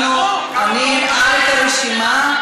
אני אנעל את הרשימה.